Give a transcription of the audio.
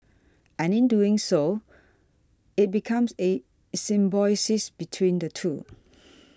and in doing so it becomes a symbiosis between the two